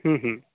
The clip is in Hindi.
हूँ हूँ